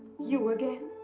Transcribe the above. you again!